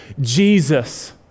Jesus